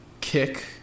Kick